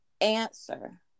answer